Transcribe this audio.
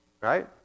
Right